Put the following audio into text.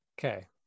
Okay